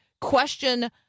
question